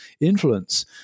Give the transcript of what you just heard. influence